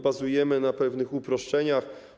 Bazujemy na pewnych uproszczeniach.